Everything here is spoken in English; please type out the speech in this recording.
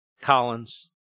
Collins